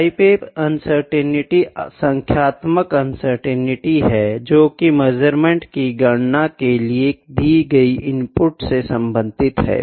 type A uncertainty संख्य्तामक uncertainty है जोकि मेज़रमेंट की गणना के लिए दी गयी इनपुट से सम्बंधित है